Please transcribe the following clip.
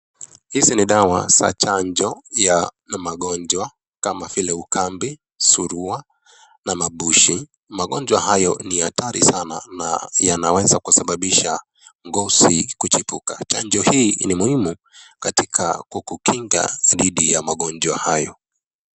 Hizi ni dawa za chanjo ya magonjwa kama vile Ukambi, Surua na Mabushi. Magonjwa hayo ni hatari sana na yanaweza kusababisha ngozi kuchipuka. Chanjo hii ni muhimu katika kukinga dhidi ya magonjwa hayo.